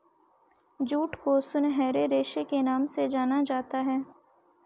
jute को सुनहरे रेशे के नाम से जाना जाता है